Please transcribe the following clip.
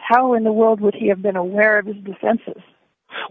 how in the world would he have been aware of sensis